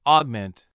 Augment